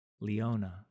Leona